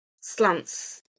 slants